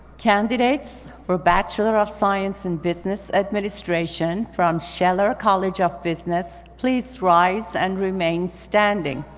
candidates for bachelor of science in business administration from scheller college of business please rise and remain standing.